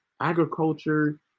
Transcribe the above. agriculture